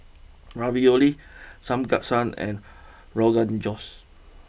Ravioli Samgeyopsal and Rogan Josh